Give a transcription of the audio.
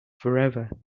forever